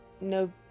no